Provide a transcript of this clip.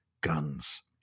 guns